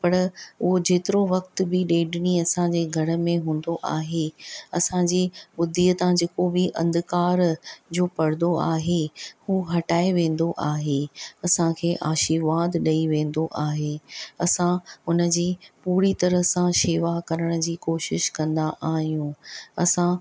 पर उहो जेतिरो वक़्तु बि ॾेढु ॾींहुं असांजे घर में हूंदो आहे असांजी बुद्धीअ तां जेको बि अंधकार जो पर्दो आहे उहो हटाए वेंदो आहे असांखे आशीर्वाद ॾेई वेंदो आहे असां हुनजी पूरी तरहि सां शेवा करण जी कोशिशि कंदा आहियूं असां